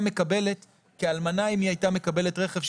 מקבלת כאלמנה אם היא הייתה מקבלת רכב,